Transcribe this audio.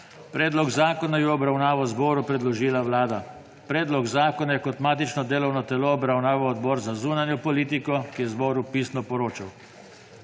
Predlog zakona je v obravnavo zboru predložila Vlada. Predlog zakona je kot matično delo obravnaval Odbor za zunanjo politiko, ki je zboru pisno poročal.